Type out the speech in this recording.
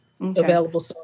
available